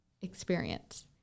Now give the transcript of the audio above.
experience